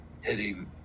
hitting